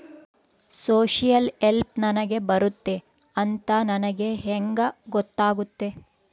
Social help ನನಗೆ ಬರುತ್ತೆ ಅಂತ ನನಗೆ ಹೆಂಗ ಗೊತ್ತಾಗುತ್ತೆ?